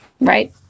Right